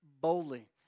boldly